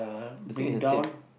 the same it's the same